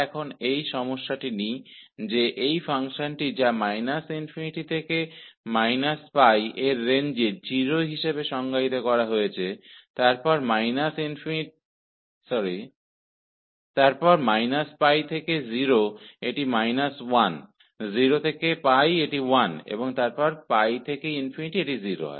अब हम इस सवाल पर विचार करते हैं कि यह फ़ंक्शन जिसे −∞ से −π की में 0 के रूप में परिभाषित किया गया है फिर −π से 0 में यह −1 है 0 से π में इसका मान 1 है और फिर π से ∞ में इसका मान 0 है